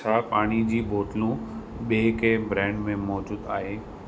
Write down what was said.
छा पाणी जी बोतलूं ॿिए कंहिं ब्रांड में मौजूदु आहे